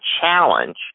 challenge